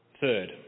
Third